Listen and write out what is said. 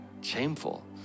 shameful